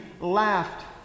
laughed